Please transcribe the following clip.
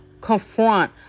confront